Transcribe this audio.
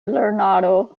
lernado